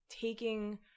taking